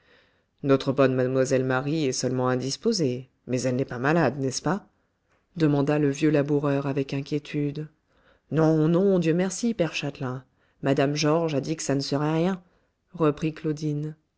notre bonne mlle marie est seulement indisposée mais elle n'est pas malade n'est-ce pas demanda le vieux laboureur avec inquiétude non non dieu merci père châtelain mme georges a dit que ça ne serait rien reprit claudine